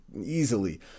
easily